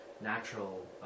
natural